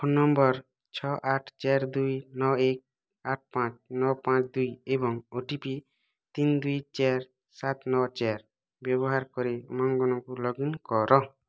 phone number ଛଅ ଆଠ ଚାରି ଦୁଇ ନଅ ଏକ ଆଠ ପାଞ୍ଚ ନଅ ପାଞ୍ଚ ଦୁଇ ଏବଂ ଓ ଟି ପି ତିନି ଦୁଇ ଚାରି ସାତ ନଅ ଚାରି ବ୍ୟବହାର କରି ଉମଙ୍ଗନକୁ ଲଗ୍ଇନ୍ କର